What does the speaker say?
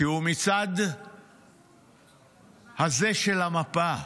כי הוא מהצד הזה של המפה.